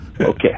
Okay